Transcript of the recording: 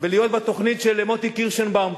ולהיות בתוכנית של מוטי קירשנבאום,